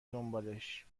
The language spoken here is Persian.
دنبالش